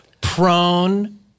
prone